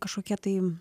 kažkokia tai